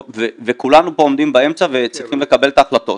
וכולנו פה עומדים באמצע וצריכים לקבל את ההחלטות.